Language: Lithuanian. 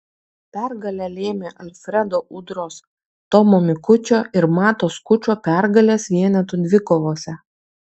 pergalę lėmė alfredo udros tomo mikučio ir mato skučo pergalės vienetų dvikovose